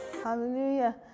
Hallelujah